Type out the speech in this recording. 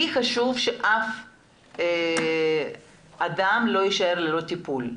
לי חשוב שאף אדם לא יישאר ללא טיפול.